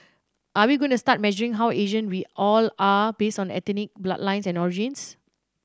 are we going to start measuring how Asian we all are based on ethnic bloodlines and origins